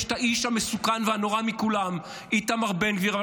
יש את האיש המסוכן והנורא מכולם, איתמר בן גביר.